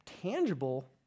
tangible